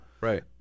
right